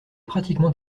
pratiquement